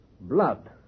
blood